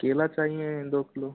केला चाहिए दो किलो